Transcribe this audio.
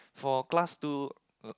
for class two uh